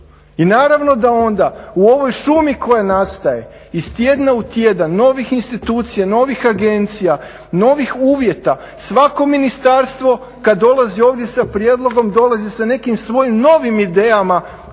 i naravno da onda u ovoj šumi koja nastaje iz tjedna u tjedan novih institucija, novih agencija, novih uvjeta svako ministarstvo kad dolazi ovdje sa prijedlogom dolazi sa nekim svojim novim idejama